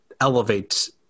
elevate